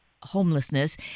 homelessness